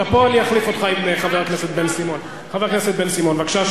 חבר הכנסת בן-סימון, בבקשה.